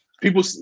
people